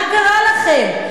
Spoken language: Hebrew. מה קרה לכם?